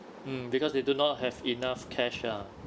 mm because they do not have enough cash ah